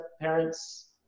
parents